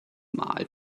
mal